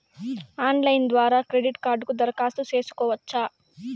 Online ద్వారా credit కార్డుకు దరఖాస్తు సేసుకోవచ్చా?